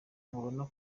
ntubona